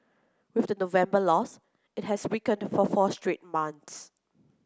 with the November loss it has weakened for four straight months